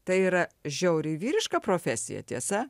tai yra žiauriai vyriška profesija tiesa